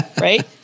right